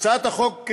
הצעת החוק,